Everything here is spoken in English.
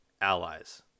allies